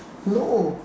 no